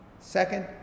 Second